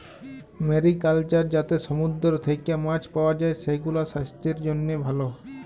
mariculture যাতে সমুদ্র থেক্যে মাছ পাওয়া যায়, সেগুলাসাস্থের জন্হে ভালো